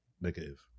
negative